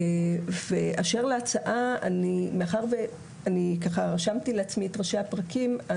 באשר להצעה רשמתי לעצמי ראשי פרקים.